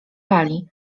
pali